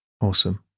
Awesome